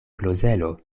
klozelo